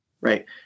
right